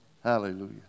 Hallelujah